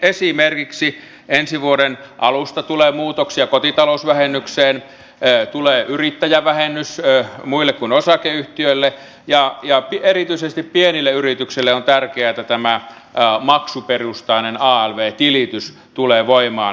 esimerkiksi ensi vuoden alusta tulee muutoksia kotitalousvähennykseen tulee yrittäjävähennys muille kuin osakeyhtiöille ja erityisesti pienille yrityksille on tärkeää että tämä maksuperustainen alv tilitys tulee voimaan